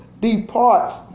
departs